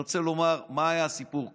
אני רוצה לומר מה היה הסיפור כאן.